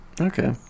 Okay